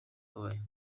kabaya